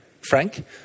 Frank